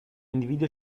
individuo